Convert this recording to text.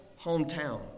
hometown